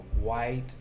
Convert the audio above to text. white